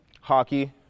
Hockey